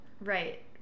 right